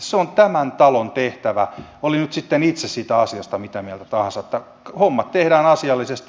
se on tämän talon tehtävä oli sitten itse siitä asiasta mitä mieltä tahansa että hommat tehdään asiallisesti